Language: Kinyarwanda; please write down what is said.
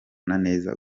neza